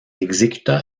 exécuta